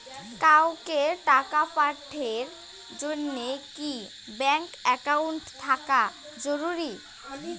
কাউকে টাকা পাঠের জন্যে কি ব্যাংক একাউন্ট থাকা জরুরি?